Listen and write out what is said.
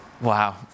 Wow